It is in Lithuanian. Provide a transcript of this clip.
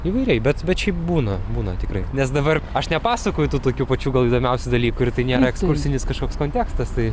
įvairiai bet bet šiaip būna būna tikrai nes dabar aš nepasakoju tų tokių pačių gal įdomiausių dalykų ir tai nėra ekskursinis kažkoks kontekstas tai